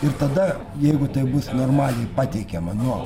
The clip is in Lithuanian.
ir tada jeigu tai bus normaliai pateikiama nuo